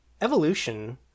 Evolution